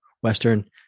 Western